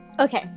Okay